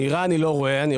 נהירה אני לא רואה.